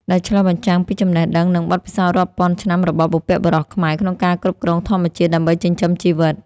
ដែលឆ្លុះបញ្ចាំងពីចំណេះដឹង និងបទពិសោធន៍រាប់ពាន់ឆ្នាំរបស់បុព្វបុរសខ្មែរក្នុងការគ្រប់គ្រងធម្មជាតិដើម្បីចិញ្ចឹមជីវិត។